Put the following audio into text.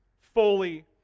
fully